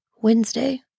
Wednesday